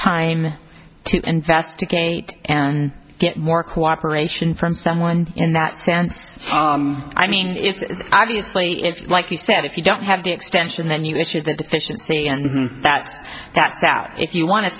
time to investigate and get more cooperation from someone in that sense i mean it's obviously it's like you said if you don't have the extension then you issue the deficiency and that's that's out if you want